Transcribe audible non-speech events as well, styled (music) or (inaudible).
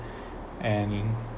(breath) and